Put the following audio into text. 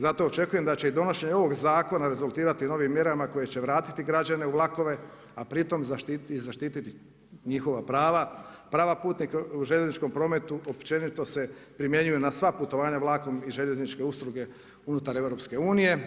Zato očekujem da će i donošenje ovog zakona rezultirati novim mjerama koje će vratiti građane u vlakove a pritom zaštiti njihova prava, prava putnika u željezničkom prometu, općenito se primjenjuju na sva putovanja vlakom i željezničke usluge u EU.